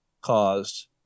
caused